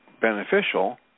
beneficial